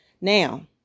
now